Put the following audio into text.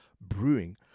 brewing